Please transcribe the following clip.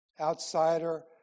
outsider